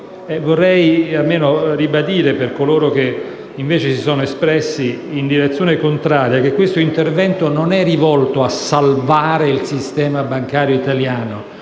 Vorrei almeno ribadire, per coloro che, invece, si sono espressi in direzione contraria, che questo intervento non è rivolto a salvare il sistema bancario italiano: